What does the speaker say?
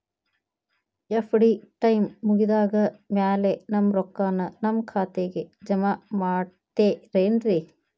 FD time ಮುಗಿದಾದ್ ಮ್ಯಾಲೆ ನಮ್ ರೊಕ್ಕಾನ ನಮ್ ಖಾತೆಗೆ ಜಮಾ ಮಾಡ್ತೇರೆನ್ರಿ?